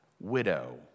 widow